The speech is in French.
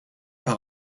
par